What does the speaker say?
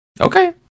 Okay